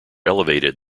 elevated